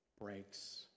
breaks